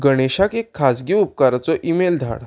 गणेशाक एक खाजगी उपकाराचो ईमेल धाड